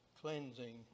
cleansing